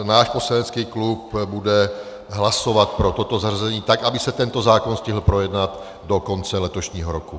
Náš poslanecký klub bude hlasovat pro toto zařazení, tak aby se tento zákon stihl projednat do konce letošního roku.